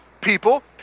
people